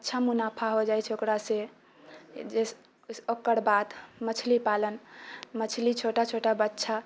अच्छा मुनाफा हो जाइ छै ओकरासँ ओकरा बाद मछलीपालन मछली छोटा छोटा बच्चा